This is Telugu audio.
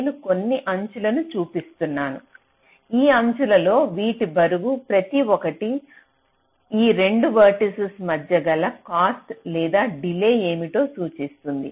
నేను కొన్ని అంచులను చూపిస్తున్నాను ఈ అంచులలో వీటి బరువు ప్రతి ఒక్కటి ఈ 2 వెర్టిసిస్ మధ్య గల కాస్ట్ లేదా డిలే ఏమిటో సూచిస్తుంది